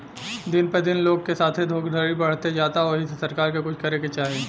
दिन प दिन लोग के साथे धोखधड़ी बढ़ते जाता ओहि से सरकार के कुछ करे के चाही